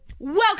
welcome